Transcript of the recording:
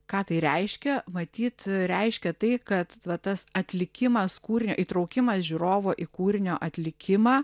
ką tai reiškia matyt reiškia tai kad va tas atlikimas kūrinio įtraukimas žiūrovo į kūrinio atlikimą